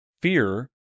fear